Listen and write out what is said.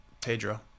Pedro